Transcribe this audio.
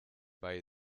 bei